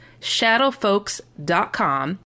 shadowfolks.com